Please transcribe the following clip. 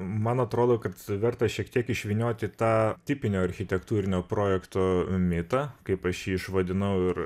man atrodo kad verta šiek tiek išvynioti tą tipinio architektūrinio projekto mitą kaip aš jį išvadinau ir